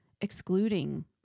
excluding